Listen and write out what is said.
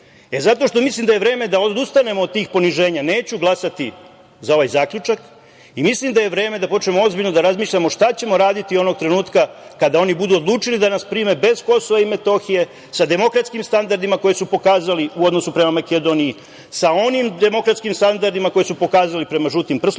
što mislim da je vreme da odustanemo od tih poniženja, neću glasati za ovaj Zaključak. Mislim da je vreme da počnemo ozbiljno da razmišljamo šta ćemo raditi onog trenutka kada oni budu odlučili da nas prime bez KiM, sa demokratskim standardima koji su pokazali u odnosu prema Makedoniji, sa onim demokratskim standardima koje su pokazali prema „žutim prslucima“